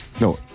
no